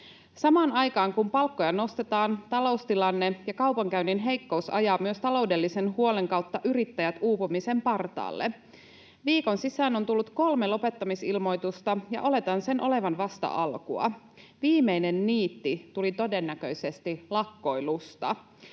Samaan aikaan, kun palkkoja nostetaan, taloustilanne ja kaupankäynnin heikkous ajaa myös taloudellisen huolen kautta yrittäjät uupumisen partaalle. Viikon sisään on tullut kolme lopettamisilmoitusta, ja oletan sen olevan vasta alkua. Viimeinen niitti tuli todennäköisesti lakkoilusta.